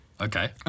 Okay